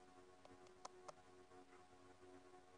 גל.